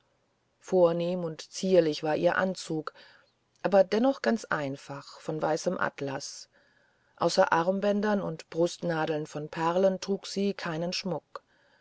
vornehm und zierlich war ihr anzug aber dennoch ganz einfach von weißem atlas außer armbändern und brustnadeln von perlen trug sie keinen schmuck